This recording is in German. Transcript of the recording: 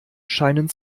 scheinen